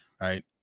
right